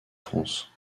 france